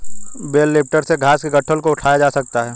bell lifter से घास के गट्ठल को उठाया जा सकता है